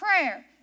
Prayer